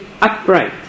upright